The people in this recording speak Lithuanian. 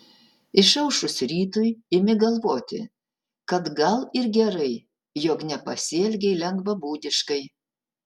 išaušus rytui imi galvoti kad gal ir gerai jog nepasielgei lengvabūdiškai